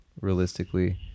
realistically